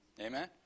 Amen